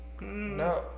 No